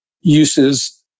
uses